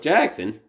Jackson